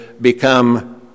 become